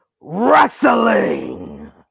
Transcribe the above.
wrestling